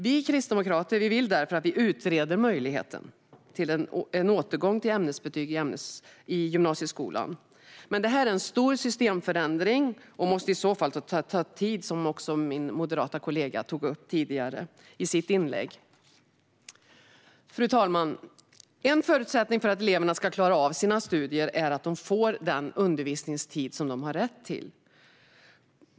Vi kristdemokrater vill därför utreda möjligheten till en återgång till ämnesbetyg i gymnasieskolan. Men detta är en stor systemförändring, som i sådana fall måste få ta tid, vilket min moderata kollega tog upp i sitt inlägg. Fru talman! En förutsättning för att eleverna ska klara av sina studier är att de får den undervisningstid som de har rätt till.